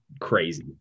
crazy